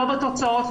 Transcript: לא בתוצאות,